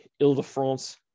Ile-de-France